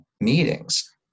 meetings